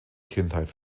kindheit